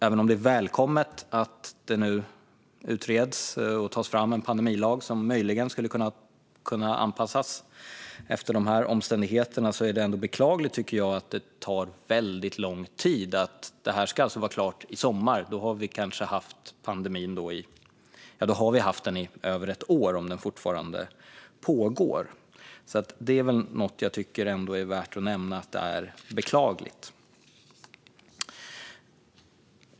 Även om det är välkommet att det nu utreds och tas fram en pandemilag, som möjligen skulle kunna anpassas efter dessa omständigheter, är det ändå beklagligt att det tar väldigt lång tid. Detta ska alltså vara klart i sommar - då har vi haft pandemin i över ett år om den fortfarande pågår. Jag tycker att det är värt att nämna att detta är beklagligt.